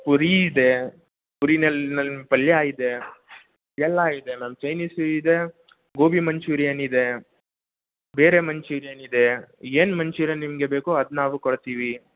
ಪುರೀ ಇದೆ ಪುರಿನಲ್ಲಿ ನಲ್ ಪಲ್ಯಾ ಇದೆ ಎಲ್ಲಾ ಇದೆ ಮ್ಯಾಮ್ ಚೈನೀಸು ಇದೆ ಗೋಬಿ ಮಂಚೂರಿಯನ್ ಇದೆ ಬೇರೆ ಮಂಚೂರಿಯನ್ ಇದೆ ಏನು ಮಂಚೂರಿಯನ್ ನಿಮಗೆ ಬೇಕು ಅದ್ನ ನಾವು ಕೊಡ್ತೀವಿ